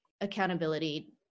accountability